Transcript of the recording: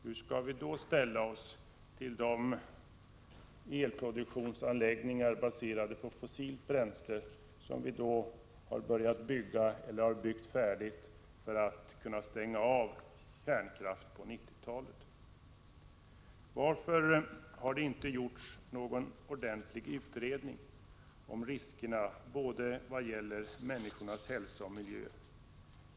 Hur skall vi då ställa oss till de elproduktionsanläggningar, baserade på fossilt bränsle, som vi då har börjat bygga eller har byggt färdigt för att kunna stänga av kärnkraften på 1990-talet. Varför har det inte gjorts någon ordentlig utredning om riskerna vad gäller både människornas hälsa och deras miljö?